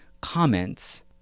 comments